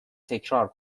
تکرار